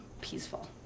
peaceful